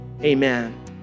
amen